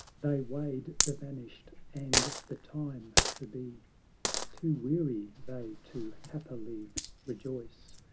they weighed the vanished, and the time to be too weary they to happily rejoice,